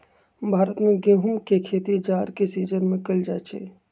भारत में गेहूम के खेती जाड़ के सिजिन में कएल जाइ छइ